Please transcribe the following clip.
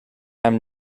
i’m